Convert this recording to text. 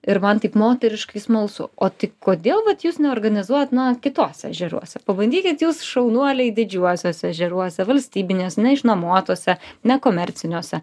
ir man taip moteriškai smalsu o tai kodėl vat jūs neorganizuojat na kituose ežeruose pabandykit jūs šaunuoliai didžiuosiuose ežeruose valstybiniuos neišnuomotuose nekomerciniuose